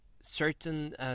certain